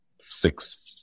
six